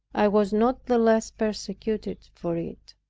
i was not the less persecuted for it.